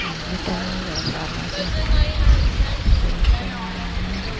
পাখিটা উড়ে পালাবে এই জন্য আমি